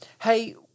Hey